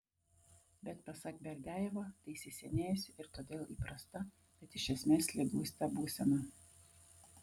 bet pasak berdiajevo tai įsisenėjusi ir todėl įprasta bet iš esmės liguista būsena